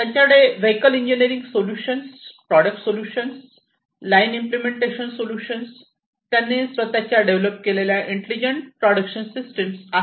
त्यांच्याकडे vehicle engineering solutions product production line implementation solution त्यांनी स्वतःच्या डेव्हलप केलेल्या इंटेलिजंट प्रोडक्शन सिस्टीम आहेत